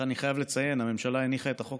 אני חייב לציין שהממשלה הניחה את החוק